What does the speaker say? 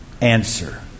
answer